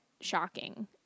shocking